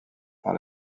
par